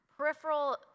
Peripheral